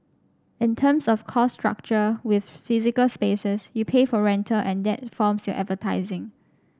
in terms of cost structure with physical spaces you pay for rental and that forms your advertising